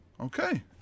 okay